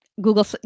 Google